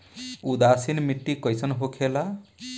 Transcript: उदासीन मिट्टी कईसन होखेला?